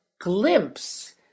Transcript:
glimpse